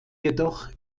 jedoch